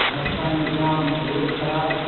रस्तामे jam road खराब